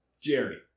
Jerry